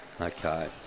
Okay